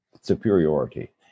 superiority